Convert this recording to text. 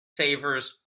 favours